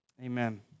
Amen